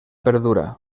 perdura